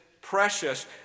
precious